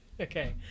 Okay